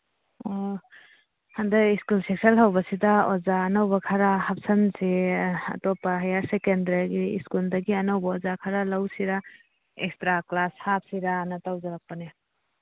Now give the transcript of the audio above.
ꯑꯣ ꯍꯟꯗꯛ school session ꯍꯧꯕꯁꯤꯗ ꯑꯣꯖꯥꯅ ꯑꯅꯧꯕ ꯈꯔ ꯍꯥꯞꯆꯤꯟꯁꯦ ꯑꯇꯣꯞꯄ ꯍꯥꯏꯌꯔ ꯁꯦꯀꯦꯟꯗꯔꯒꯤ ꯁ꯭ꯀꯨꯜꯗꯒꯤ ꯑꯅꯧꯕ ꯑꯣꯖꯥ ꯈꯔ ꯂꯧꯁꯤꯔꯥ ꯑꯦꯛꯁꯇ꯭ꯔꯥ ꯀ꯭ꯂꯥꯁ ꯍꯥꯞꯁꯤꯔꯥꯅ ꯇꯧꯖꯔꯛꯄꯅꯤ